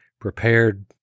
prepared